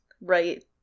right